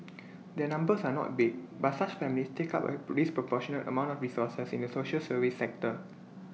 their numbers are not big but such families take up A disproportionate amount of resources in the social service sector